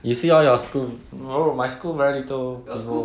you see all your school bro my school very little bro